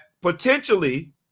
potentially